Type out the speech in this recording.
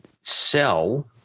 sell